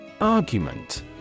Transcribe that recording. Argument